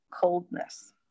coldness